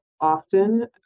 often